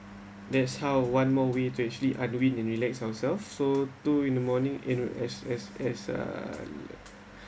that's how one more we to actually are doing and relax ourselves so two in the morning in as as as uh